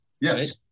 Yes